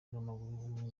w’umupira